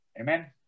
Amen